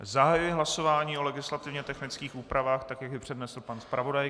Zahajuji hlasování o legislativně technických úpravách, tak jak je přednesl pan zpravodaj.